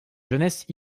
jeunesse